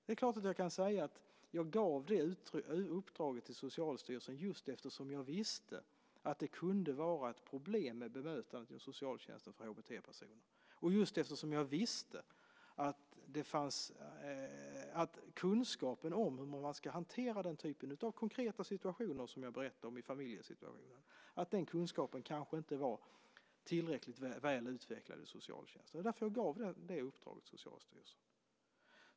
Det är klart att jag kan säga att jag gav det uppdraget till Socialstyrelsen just eftersom jag visste att det kunde vara ett problem med bemötandet hos socialtjänsten för HBT-personer, just eftersom jag visste att kunskapen om hur man ska hantera den typ av konkreta situationer som jag berättade om när det gäller familjesituationen kanske inte var tillräckligt väl utvecklad hos socialtjänsten. Det var därför jag gav det uppdraget åt Socialstyrelsen.